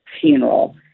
funeral